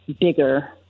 bigger